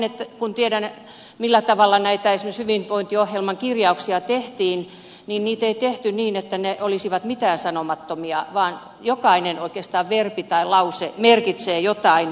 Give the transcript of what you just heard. näen kun tiedän millä tavalla esimerkiksi näitä hyvinvointiohjelman kirjauksia tehtiin että niitä ei tehty niin että ne olisivat mitäänsanomattomia vaan oikeastaan jokainen verbi tai lause merkitsee jotain